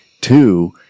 two